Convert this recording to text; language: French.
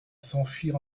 s’enfuir